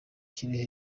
kirehe